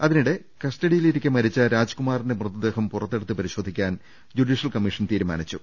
അതിനിടെ കസ്റ്റഡിയിലിരിക്കെ മരിച്ച രാജ്കുമാറിന്റെ മൃത ദേഹം പുറത്തെടുത്ത് പരിശോധിക്കാൻ ജുഡീഷ്യൽ കമ്മീ ഷൻ തീരുമാനിച്ചു